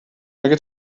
مگه